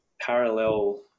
parallel